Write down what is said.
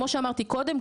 כמו שאמרתי קודם,